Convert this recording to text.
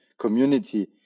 community